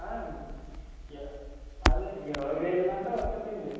అదే ఇరవైవేలలో అంటే వత్తాదండి